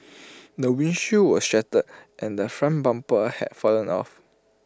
the windshield was shattered and the front bumper had fallen off